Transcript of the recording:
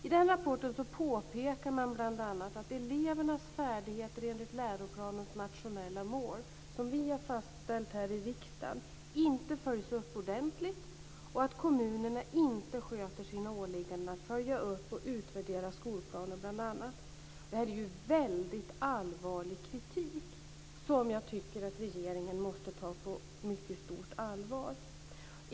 I den rapporten påpekar man bl.a. att elevernas färdigheter enligt läroplanens nationella mål, som vi har fastställt här i riksdagen, inte följs upp ordentligt och att kommunerna inte sköter sina åligganden att följa upp och utvärdera skolplaner bl.a. Detta är en väldigt allvarlig kritik som jag tycker att regeringen måste ta på mycket stort allvar.